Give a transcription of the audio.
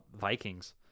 Vikings